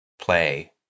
play